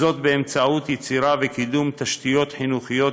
באמצעות יצירה וקידום של תשתיות חינוכיות